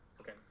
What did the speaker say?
Okay